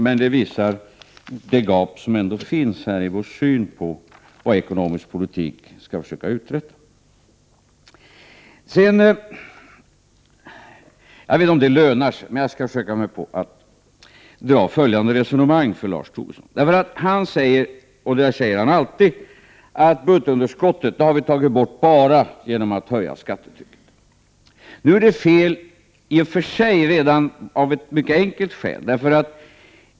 Men det här visar det gap som ändå finns när det gäller vår syn på vad ekonomisk politik skall försöka uträtta. Jag vet inte om det lönar sig, men jag skall försöka dra följande resonemang för Lars Tobisson. Han säger — och det säger han alltid — att budgetunderskottet har vi tagit bort bara genom att höja skattetrycket. Nu är det fel i och för sig, redan av ett mycket enkelt skäl.